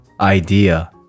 idea